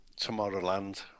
Tomorrowland